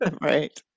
Right